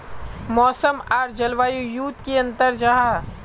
मौसम आर जलवायु युत की अंतर जाहा?